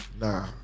nah